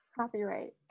copyright